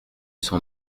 cent